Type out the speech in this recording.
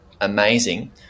amazing